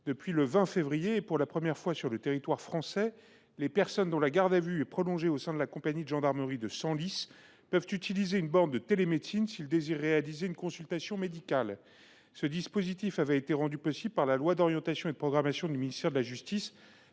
Depuis le 20 février dernier, et pour la première fois sur le territoire français, les personnes dont la garde à vue est prolongée au sein de la compagnie de gendarmerie de Senlis peuvent utiliser une borne de télémédecine si elles souhaitent bénéficier d’une consultation médicale. Ce dispositif avait été rendu possible par la loi du 20 novembre 2023 d’orientation et de programmation du ministère de la justice